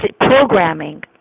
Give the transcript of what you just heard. programming